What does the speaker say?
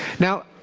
now,